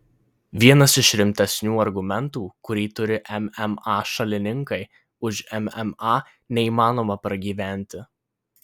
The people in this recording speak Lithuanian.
vienas iš rimtesnių argumentų kurį turi mma šalininkai už mma neįmanoma pragyventi